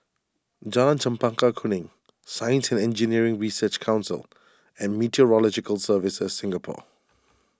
Jalan Chempaka Kuning Science and Engineering Research Council and Meteorological Services Singapore